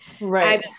Right